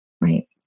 right